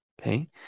okay